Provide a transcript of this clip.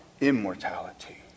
immortality